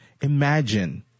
imagine